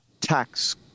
tax